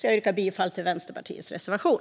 Jag yrkar bifall till Vänsterpartiets reservation.